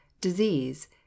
disease